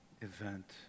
event